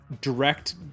direct